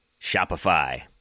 Shopify